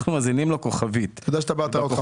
אנחנו מזינים לו כוכבית והוא